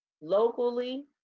locally